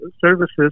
services